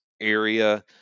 area